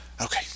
Okay